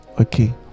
okay